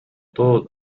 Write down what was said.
todo